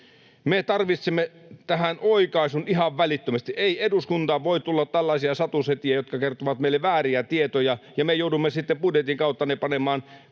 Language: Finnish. Me tarvitsemme tähän oikaisun ihan välittömästi. Ei eduskuntaan voi tulla tällaisia satusetiä, jotka kertovat meille vääriä tietoja, ja me joudumme sitten budjetin kautta ne panemaan